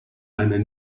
einer